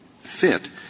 fit